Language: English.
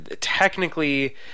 technically